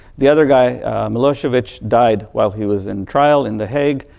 the other guy milosevic died while he was in trial in the hague,